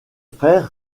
frères